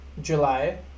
July